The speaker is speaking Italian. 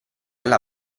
alla